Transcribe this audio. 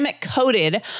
coated